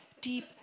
deep